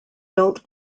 built